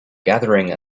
gathering